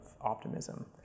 optimism